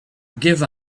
give